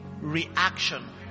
reaction